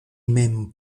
mem